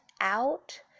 out